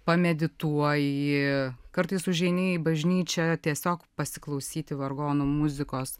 pamedituoji kartais užeini į bažnyčią tiesiog pasiklausyti vargonų muzikos